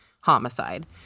homicide